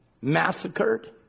massacred